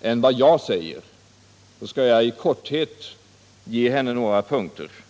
än av vad jag säger, så skall jag i korthet ge henne några upplysningar.